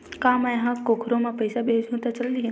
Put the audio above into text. का मै ह कोखरो म पईसा भेजहु त चल देही?